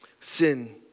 sin